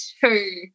two